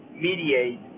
mediate